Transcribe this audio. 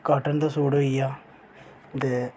cotton दा suit होई गेआ ते